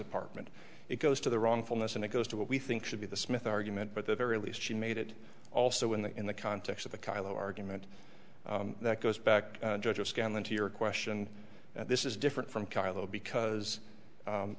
apartment it goes to the wrongfulness and it goes to what we think should be the smith argument but the very least she made it also in the in the context of the kind of the argument that goes back judges scanlan to your question and this is different from carlo because